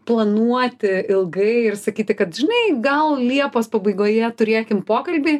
planuoti ilgai ir sakyti kad žinai gal liepos pabaigoje turėkim pokalbį